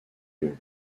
lieu